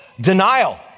Denial